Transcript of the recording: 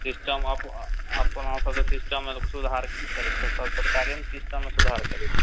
system अपना सभ तऽ सिस्टममे सुधार कि करबै सरकारे ने सिस्टममे सुधार करै छै